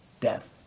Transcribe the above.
death